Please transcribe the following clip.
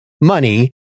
money